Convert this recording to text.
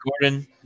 Gordon